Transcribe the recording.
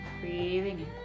Breathing